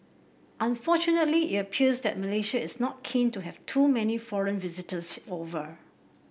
unfortunately it appears that Malaysia is not keen to have too many foreign visitors over